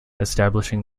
establishing